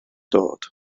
dod